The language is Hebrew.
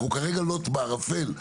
אנחנו כרגע כלוט בערפל,